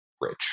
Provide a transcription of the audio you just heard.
rich